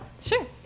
Sure